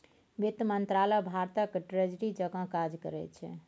बित्त मंत्रालय भारतक ट्रेजरी जकाँ काज करै छै